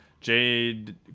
Jade